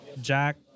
Jack